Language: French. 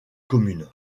commune